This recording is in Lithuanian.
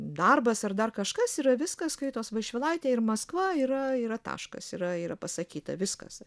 darbas ar dar kažkas yra viskas skaitos vaišvilaitė ir maskva yra yra taškas yra yra pasakyta viskas